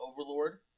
Overlord